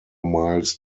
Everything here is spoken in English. miles